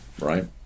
right